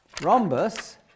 rhombus